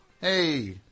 Hey